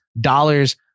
dollars